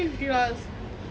ya I pay fifty dollars